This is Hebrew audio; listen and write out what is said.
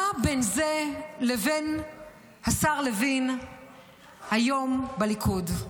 מה בין זה לבין השר לוין היום בליכוד?